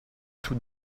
tout